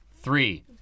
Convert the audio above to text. three